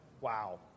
Wow